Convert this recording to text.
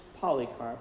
Polycarp